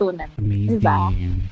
amazing